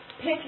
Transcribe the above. pick